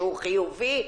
שהוא חיובי,